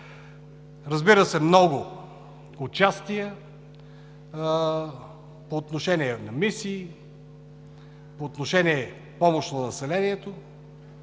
Разбира се, много участия по отношение на мисии, по отношение помощ на населението.